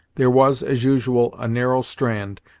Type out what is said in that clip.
there was, as usual, a narrow strand,